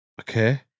Okay